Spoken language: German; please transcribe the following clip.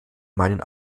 meinen